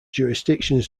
jurisdictions